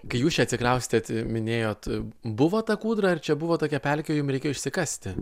kai jūs čia atsikraustėt minėjot buvo ta kūdra ar čia buvo tokia pelkių jum reikėjo išsikasti